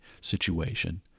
situation